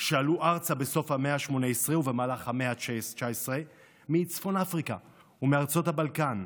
שעלו ארצה בסוף המאה ה-18 ובמהלך המאה ה-19 מצפון אפריקה ומארצות הבלקן.